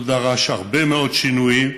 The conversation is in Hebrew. הוא דרש הרבה מאוד שינויים.